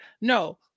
No